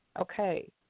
Okay